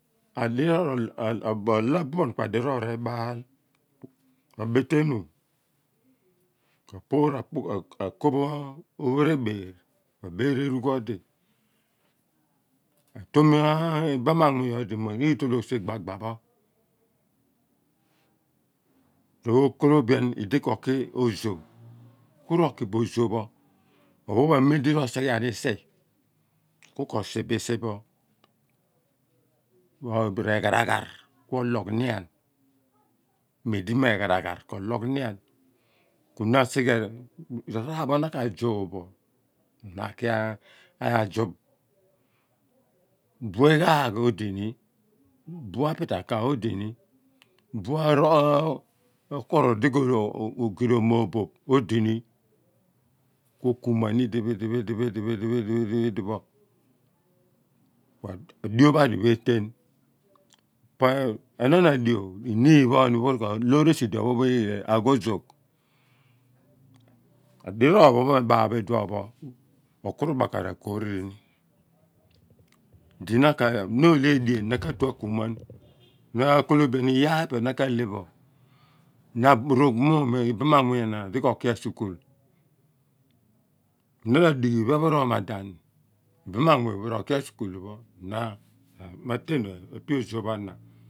Adirior olo abuan kua dirior ebaal ka poor abetenu akooph opere baar apuur abeer erug hoadi a toom ibama munjny odi mo ito logh sibaba pho okolo bian ldikoki ojo ku or ki bo ojo pho ophon a mem ophon a̱ mem di ro sighan isi kuko sibo isi pho ku re ghara ghan kur loogh dian kuna asighe r'aar pho na ka juuph bo na akia juup bue eghagh odi ni bua apita ka odini buu okoro di koo gi rom moo boop odini kuo ku muan idipho idipho idipho idipho kua dio pho a diphe eetain enoon aduo inin pho ni loor esi di o phon pho agho zoogh adio. adi roor pho me baal bo̱ ido̱opho okuru baka ra korini di na olea a duen na ka atu e akuu muan naa kolo bian iyaar pho epe na ka labo na abu roogh ibama amouny a na moon di ko hi asukul nu ro dighi iphun pho r'oma dan ibaam ma munmy pho r'oo ki asukul pho̱ na ma tam epe ojo pho ana.